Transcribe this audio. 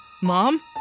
Mom